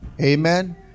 Amen